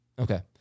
Okay